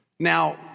Now